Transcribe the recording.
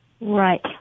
Right